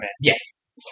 Yes